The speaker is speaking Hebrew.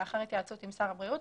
לאחר התייעצות עם שר הבריאות,